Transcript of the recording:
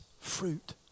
fruit